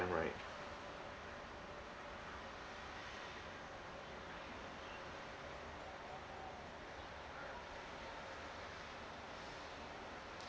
right